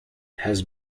has